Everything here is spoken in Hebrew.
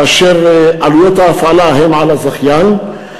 שבה עלויות ההפעלה הן על הזכיין.